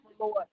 Lord